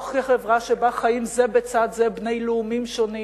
לא כחברה שבה חיים זה בצד זה בני לאומים שונים